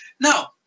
Now